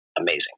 amazing